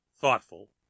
thoughtful